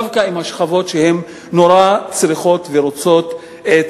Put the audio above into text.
דווקא השכבות שנורא צריכות ורוצות את